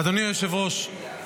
אדוני היושב-ראש,